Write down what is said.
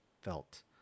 felt